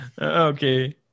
okay